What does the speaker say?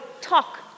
talk